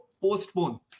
postpone